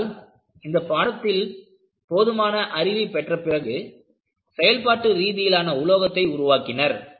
ஆனால் இந்த பாடத்தில் போதுமான அறிவைப் பெற்ற பிறகு செயல்பாட்டு ரீதியிலான உலோகத்தை உருவாக்கினர்